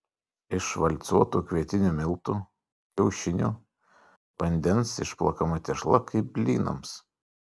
iš valcuotų kvietinių miltų kiaušinių vandens išplakama tešla kaip blynams